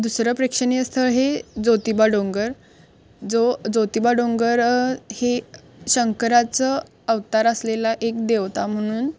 दुसरं प्रेक्षणीय स्थळ हे ज्योतिबा डोंगर जो ज्योतिबा डोंगर हे शंकराचं अवतार असलेला एक देवता म्हणून